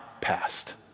past